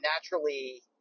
naturally